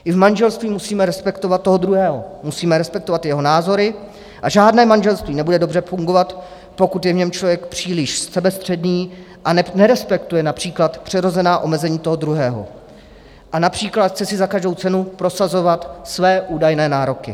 I v manželství musíme respektovat toho druhého, musíme respektovat jeho názory, a žádné manželství nebude dobře fungovat, pokud je v něm člověk příliš sebestředný, nerespektuje například přirozená omezení toho druhého a například si chce za každou cenu prosazovat své údajné nároky.